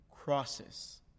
crosses